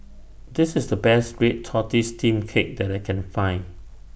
This IS The Best Red Tortoise Steamed Cake that I Can Find